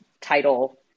title